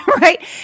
Right